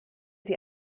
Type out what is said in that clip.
sie